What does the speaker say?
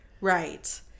Right